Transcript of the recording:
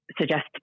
suggest